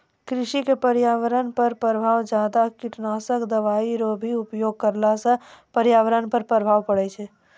कृषि से पर्यावरण पर प्रभाव ज्यादा कीटनाशक दवाई रो भी उपयोग करला से पर्यावरण पर प्रभाव पड़ै छै